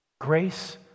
Grace